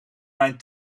mijn